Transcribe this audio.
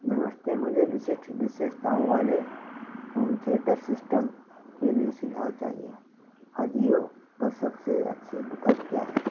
नमस्ते मुझे विशिष्ट विशेषताओं वाले होम थिएटर सिस्टम के लिए सुझाव चाहिए अजियो पर सबसे अच्छे विकल्प क्या हैं